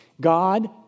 God